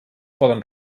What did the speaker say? poden